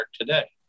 today